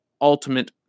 ultimate